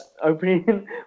opening